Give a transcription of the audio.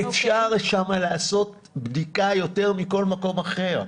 אפשר שם לעשות בדיקה יותר מכל מקום אחר,